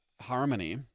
harmony